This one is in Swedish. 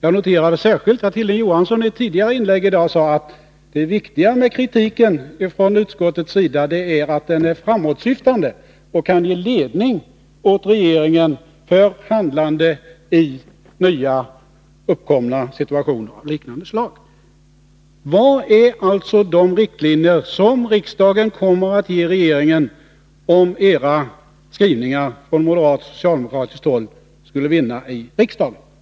Jag noterade särskilt att Hilding Johansson i ett tidigare inlägg i dag sade att det viktiga med kritiken från utskottets sida är att den är framåtsyftande och kan ge ledning åt regeringen för handlande i nya uppkomna situationer av liknande slag. Vilka är de riktlinjer som riksdagen kommer att ge regeringen, om skrivningarna från moderat och socialdemokratiskt håll skulle vinna i riksdagens omröstning?